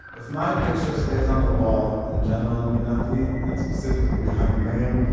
if my picture stays on the wall in general in pinati, and specifically behind meir,